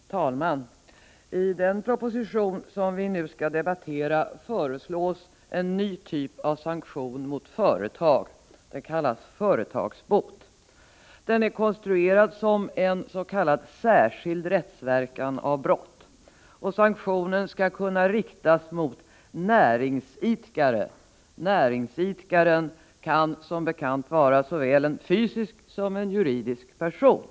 Herr talman! I den proposition som vi nu skall debattera föreslås en ny typ av sanktion mot företag, kallad företagsbot. Den är konstruerad som s.k. särskild rättsverkan av brott. Sanktionen skall kunna riktas mot näringsidkare. Näringsidkaren kan, som bekant, vara antingen en fysisk eller en juridisk person.